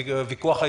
איילת, אני מבקש.